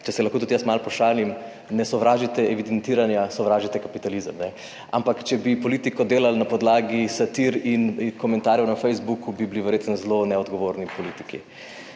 če se lahko tudi jaz malo pošalim. Ne sovražite evidentiranja, sovražite kapitalizem. Ne, ampak če bi politiko delali na podlagi satir in komentarjev na Facebooku, bi bili verjetno zelo neodgovorni politiki.